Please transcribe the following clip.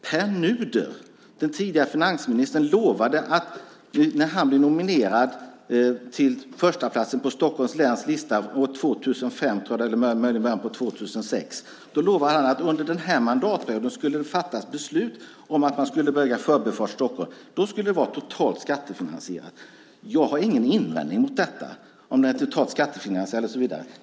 Pär Nuder, den tidigare finansministern, lovade när han blev nominerad till förstaplatsen på Stockholms läns lista år 2005, eller möjligen i början på 2006, att det under den här mandatperioden skulle fattas beslut om att man skulle bygga Förbifart Stockholm. Då skulle det vara totalt skattefinansierat. Jag har ingen invändning mot detta. Det handlar inte om huruvida det är totalt skattefinansierat eller inte.